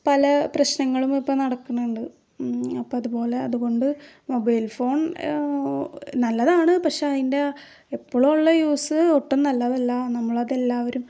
പല പ്രശ്നങ്ങളും ഇപ്പം നടക്കുന്നുണ്ട് അപ്പം അതുപോലെ അതുകൊണ്ട് മൊബൈൽ ഫോൺ നല്ലതാണ് പക്ഷേ അതിന്റെ എപ്പളുള്ള യൂസ് ഒട്ടും നല്ലതല്ല നമ്മൾ അത് എല്ലാവരും